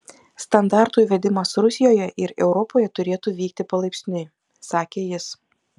standartų įvedimas rusijoje ir europoje turėtų vykti palaipsniui sakė jis